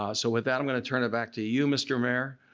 ah so with that i'm going to turn it back to you mr. mayor.